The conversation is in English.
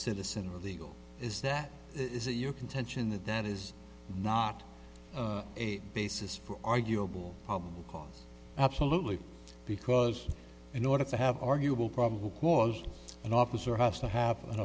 citizen with legal is that is it your contention that that is not a basis for arguable probable cause absolutely because in order to have arguable probable cause an officer has to ha